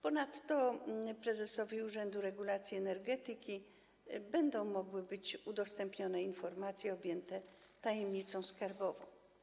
Ponadto prezesowi Urzędu Regulacji Energetyki będą mogły być udostępniane informacje objęte tajemnicą skarbową.